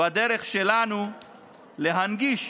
בדרך שלנו להנגיש